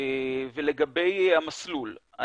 ולגבי המסלול,